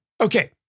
Okay